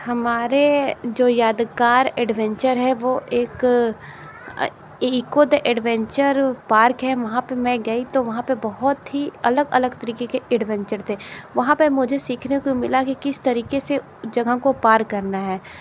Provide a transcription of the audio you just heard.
हमारे जो यादगार एडवेंचर है वह एक इको द एडवेंचर पार्क है वहाँ पर मैं गई तो वहाँ पर बहुत ही अलग अलग तरीके के एडवेंचर थे वहाँ पर मुझे सीखने को मिला कि किस तरीके से जगह को पार करना है